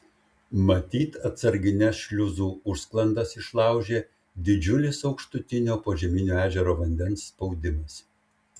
matyt atsargines šliuzų užsklandas išlaužė didžiulis aukštutinio požeminio ežero vandens spaudimas